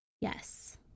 Yes